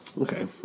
Okay